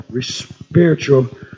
spiritual